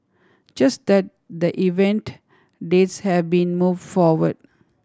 just that the event dates have been move forward